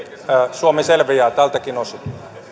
suomi selviää tältäkin osin